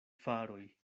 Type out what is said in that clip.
faroj